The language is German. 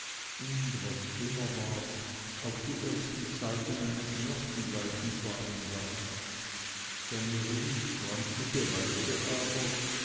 und was schlimmer war auch die ersten zeichen eines nervenleidens waren da seine ruhig freundliche weise aber